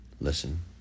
Listen